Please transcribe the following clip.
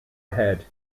ahead